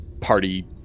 party